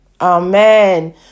Amen